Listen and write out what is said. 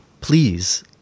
please